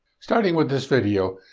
starting with this video,